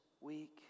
week